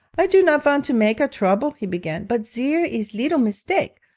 i do not vant to make a trouble he began, but zere is leetle mistake.